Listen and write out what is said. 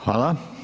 Hvala.